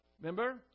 Remember